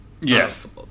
yes